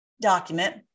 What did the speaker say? document